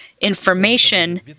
information